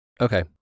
Okay